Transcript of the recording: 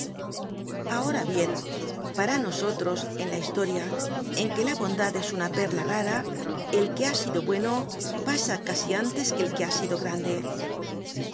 ahora bien para nosotros en la historia en que la bondad es una perla rara el que ha sido bueno pasa casi antes que el que ha sido grande